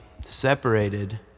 separated